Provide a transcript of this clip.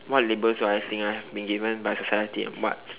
what labels do I think I've been given by society and what